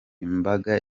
imbaga